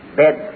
bed